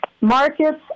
markets